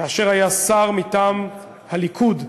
כאשר היה שר מטעם הליכוד,